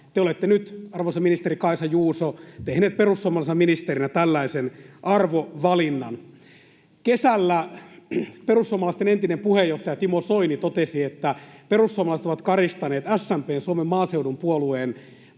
Te, arvoisa ministeri Kaisa Juuso, olette perussuomalaisena ministerinä nyt tehnyt tällaisen arvovalinnan. Kesällä perussuomalaisten entinen puheenjohtaja Timo Soini totesi, että perussuomalaiset ovat karistaneet SMP:n, Suomen Maaseudun Puolueen,